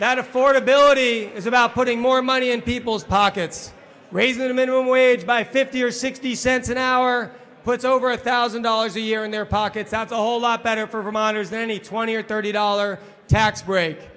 that affordability is about putting more money in people's pockets raising the minimum wage by fifty or sixty cents an hour puts over a thousand dollars a year in their pockets not a whole lot better for homeowners nanny twenty or thirty dollar tax break